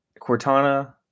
Cortana